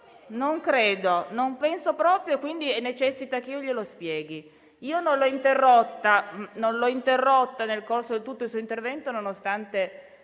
Non credo che lei abbia capito e, quindi, necessita che io le spieghi. Io non l'ho interrotta nel corso di tutto il suo intervento, nonostante